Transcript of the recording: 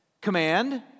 command